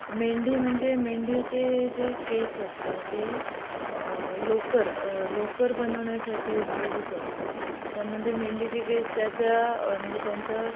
मेंढी म्हणजे मेंढीचे जे केस असतात ते लोकर लोकर बनवण्यासाठी उपयोगी पडतात त्यामध्ये मेंढीचे केस त्या त्या म्हणजे त्यांचं